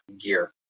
gear